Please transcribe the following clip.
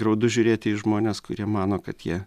graudu žiūrėti į žmones kurie mano kad jie